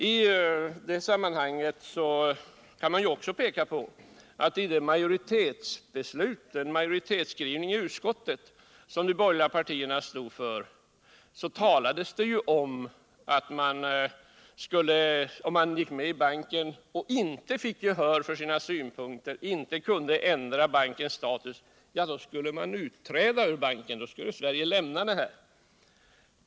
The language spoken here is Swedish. I detta sammanhang kan man också peka på att i den majoritetsskrivning som de borgerliga partierna stod för i utskottet talades det ju om, att om Sverige blev medlem av banken och inte vann gehör för sina synpunkter och inte kunde ändra bankens status, skulle Sverige utträda ur banken.